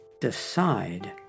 decide